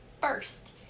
first